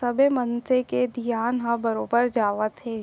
सबे मनसे के धियान हर बरोबर जावत हे